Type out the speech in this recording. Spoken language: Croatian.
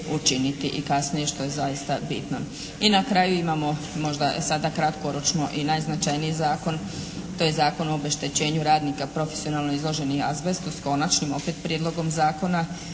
I na kraju imamo možda sada kratkoročno i najznačajniji zakon. To je Zakon o obeštećenju radnika profesionalno izloženih azbestu s konačnim opet prijedlogom zakona.